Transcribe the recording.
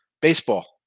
Baseball